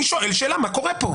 אני שואל שאלה, מה קורה פה?